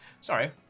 Sorry